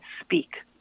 speak